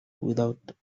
without